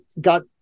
got